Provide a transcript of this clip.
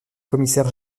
commissaire